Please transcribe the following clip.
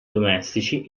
domestici